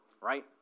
right